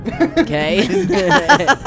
Okay